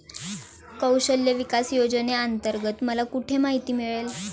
कौशल्य विकास योजनेअंतर्गत मला कुठे माहिती मिळेल?